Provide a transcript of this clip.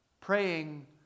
Praying